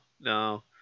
no